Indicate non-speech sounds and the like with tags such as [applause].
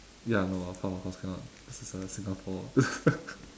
ya no lah of course of course cannot this is uh singapore [laughs]